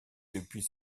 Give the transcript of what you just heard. depuis